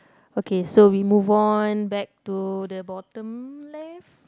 okay so we move on back to the bottom left